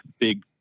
big